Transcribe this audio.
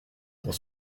pour